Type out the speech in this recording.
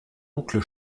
oncle